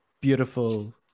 beautiful